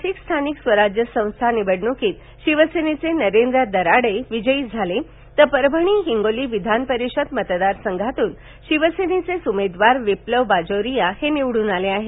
नाशिक स्थानिक स्वराज संस्था निवडणुकीत शिवसेनेचे नरेंद्र दराडे विजयी झाले तर परभणी हिंगोली विद्यान परिषद मतदारसंघातून शिवसेनेचे उमेदवार विप्लव बाजोरिया निवडून आले आहे